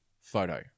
photo